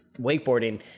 Wakeboarding